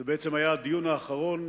זה בעצם היה הדיון האחרון,